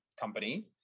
company